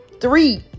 three